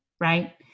right